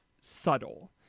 subtle